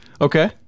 Okay